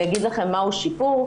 אני אגיד לכם מהו שיפור,